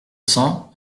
cents